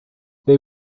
they